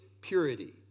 purity